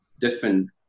different